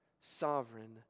sovereign